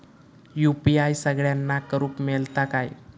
UPI सगळ्यांना करुक मेलता काय?